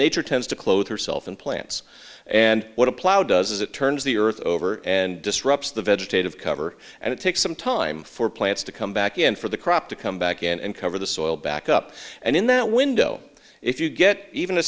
nature tends to clothe herself and plants and what a plow does is it turns the earth over and disrupts the vegetative cover and it takes some time for plants to come back and for the crop to come back and cover the soil back up and in that window if you get even a